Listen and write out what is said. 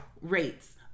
rates